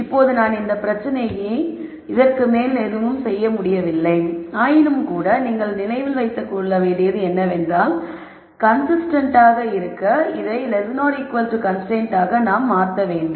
இப்போது நான் இந்த பிரச்சனைக்கு இதற்கு மேல் எதுவும் செய்யவில்லை ஆயினும்கூட நீங்கள் நினைவில் வைத்து கொள்ள வேண்டியது என்னவென்றால் கன்சிஸ்டெண்டாக இருக்க இதை கன்ஸ்ரைன்டாக நாம் மாற்ற வேண்டும்